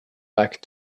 back